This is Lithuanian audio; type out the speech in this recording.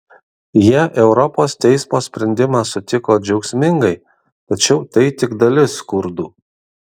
jie europos teismo sprendimą sutiko džiaugsmingai tačiau tai tik dalis kurdų